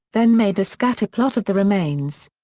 then made a scatter plot of the remains.